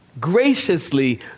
graciously